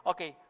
Okay